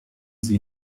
sie